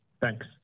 Thanks